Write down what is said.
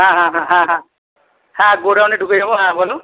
হ্যাঁ হ্যাঁ হ্যাঁ হ্যাঁ হ্যাঁ গোডাউনে ঢুকিয়ে নেব হ্যাঁ বলুন